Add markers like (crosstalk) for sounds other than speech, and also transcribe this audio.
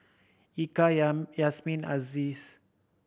Eka (unintelligible) Yasmin Aziz